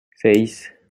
seis